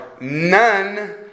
none